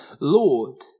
Lord